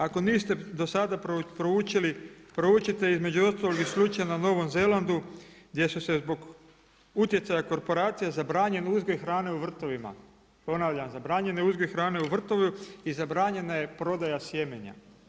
Ako niste dosada proučili, proučite između ostalog i slučaj na Novom Zelandu gdje su se zbog utjecaja korporacija zabranjen uzgoj hrane u vrtovima, Ponavljam, zabranjen je uzgoj hrane u vrtu i zabranjena je prodaja sjemenja.